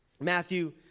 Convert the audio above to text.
Matthew